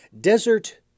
Desert